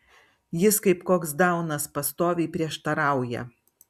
jis kaip koks daunas pastoviai prieštarauja